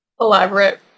elaborate